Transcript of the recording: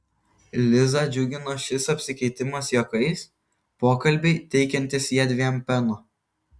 lizą džiugino šis apsikeitimas juokais pokalbiai teikiantys jiedviem peno